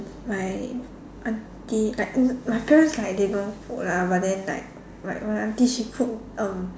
my auntie like n~ my parents like they no food lah but then like like my auntie she cook um